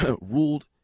ruled